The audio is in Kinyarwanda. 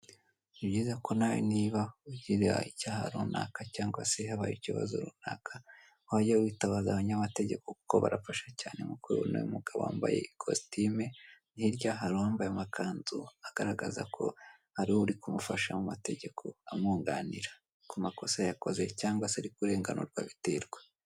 Ni byiza ko nawe niba ugira icyaha runaka cyangwa se habaye ikibazo runaka wajya witabaza abanyamategeko kuko barafasha cyane, nkuko ubibona uyu mugabo wambaye ikositime hirya hari uwambaye amakanzu agaragaza ko ariwe uri ku mufasha mu mategeko amwunganira ku makosa yakoze cyangwa se ari kurenganurwa biterwa.